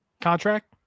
Contract